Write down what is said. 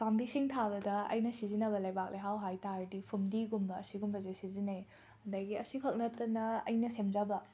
ꯄꯥꯝꯕꯤꯁꯤꯡ ꯊꯥꯕꯗ ꯑꯩꯅ ꯁꯤꯖꯤꯟꯅꯕ ꯂꯩꯕꯥꯛ ꯂꯩꯍꯥꯎ ꯍꯥꯏꯇꯥꯔꯗꯤ ꯐꯨꯝꯗꯤꯒꯨꯝꯕ ꯑꯁꯤꯒꯨꯝꯕꯁꯦ ꯁꯤꯖꯤꯟꯅꯩ ꯑꯗꯒꯤ ꯑꯁꯤꯈꯛ ꯅꯠꯇꯅ ꯑꯩꯅ ꯁꯦꯝꯖꯕ